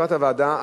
לקראת הוועדה,